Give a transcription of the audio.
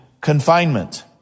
confinement